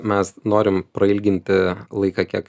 mes norim prailginti laiką kiek